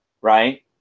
right